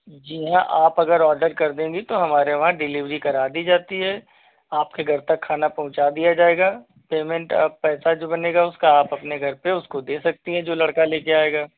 जी हाँ आप अगर ऑर्डर कर देंगी तो हमारे वहाँ डिलीभरी करा दी जाती है आपके घर तक खाना पहुँचा दिया जायगा पेमेंट आप पैसा जो बनेगा उसका आप अपने घर पर उसको दे सकती हैं जो लड़का ले कर आएगा